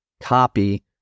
copy